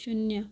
शून्य